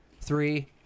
Three